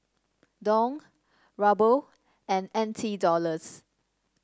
Dong Ruble and N T Dollars